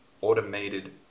automated